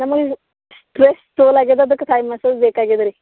ನಮಗೆ ಇದು ಸ್ಟ್ರೆಸ್ ತೋಲ್ ಆಗ್ಯದ ಅದಕ್ಕೆ ತೈ ಮಸಾಜ್ ಬೇಕಾಗ್ಯದ ರೀ